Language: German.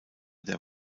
der